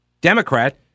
Democrat